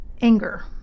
anger